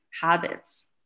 habits